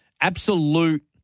absolute